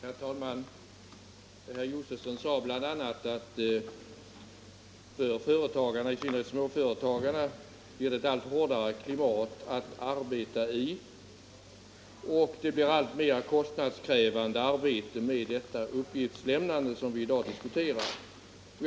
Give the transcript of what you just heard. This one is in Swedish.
Herr talman! Herr Josefson sade bl.a. att företagarna, i synnerhet småföretagarna, har ett allt hårdare klimat att arbeta i och att det uppgiftslämnande som vi i dag diskuterar blir alltmer kostnadskrävande.